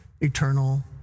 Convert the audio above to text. eternal